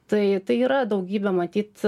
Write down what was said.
tai tai yra daugybė matyt